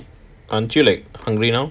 aren't you like hungry now